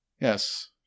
Yes